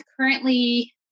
Currently